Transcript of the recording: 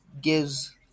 Gives